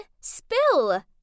spill